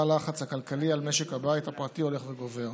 שבה הלחץ הכלכלי על משק הבית הפרטי הולך וגובר,